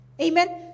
Amen